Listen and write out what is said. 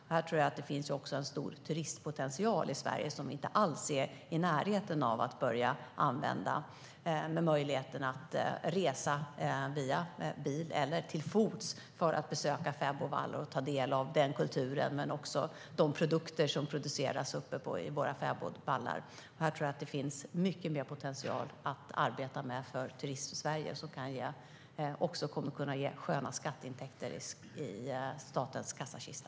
Jag tror att det finns en turistpotential i Sverige som vi inte alls är i närheten av att börja använda, med möjligheten att resa med bil eller till fots för att besöka fäbodvallar och ta del av den kulturen och de produkter som produceras uppe i våra fäbodvallar. Här tror jag att det finns mycket mer potential att arbeta med för Turismsverige. Det kommer också att kunna ge sköna skatteintäkter i statens kassakista.